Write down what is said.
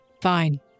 Fine